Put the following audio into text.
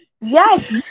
Yes